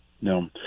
No